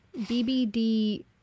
BBD